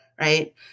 right